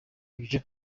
ibyo